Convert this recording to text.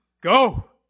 Go